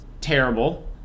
terrible